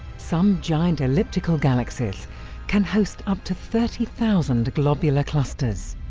some giant elliptical galaxies can host up to thirty thousand globular clusters.